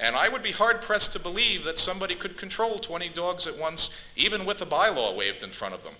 and i would be hard pressed to believe that somebody could control twenty dogs at once even with a bible waved in front of them